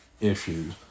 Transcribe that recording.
issues